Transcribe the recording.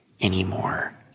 anymore